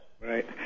Right